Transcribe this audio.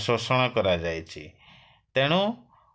ଶୋଷଣ କରାଯାଇଛି ତେଣୁ